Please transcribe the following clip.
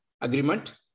agreement